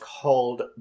called